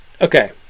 Okay